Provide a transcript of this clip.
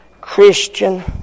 Christian